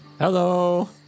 Hello